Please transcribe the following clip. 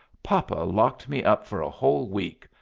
papa locked me up for a whole week,